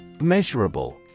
Measurable